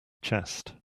chest